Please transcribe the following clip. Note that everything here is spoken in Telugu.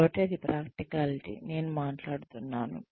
కాబట్టి అది ప్రాక్టికాలిటీ నేను మాట్లాడుతున్నాను